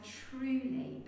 truly